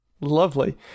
Lovely